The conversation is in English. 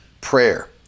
prayer